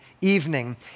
evening